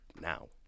now